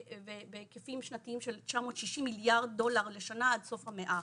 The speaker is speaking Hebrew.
ובהיקפים שנתיים של 960 מיליארד דולר לשנה עד סוף המאה.